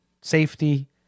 safety